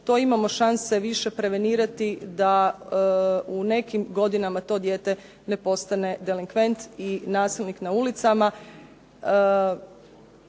to imamo šanse više prevenirati da u nekim godinama to dijete ne postane delikvent i nasilnik na ulicama.